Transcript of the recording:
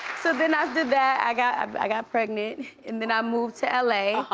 so then after that i got um i got pregnant and then i moved to l a.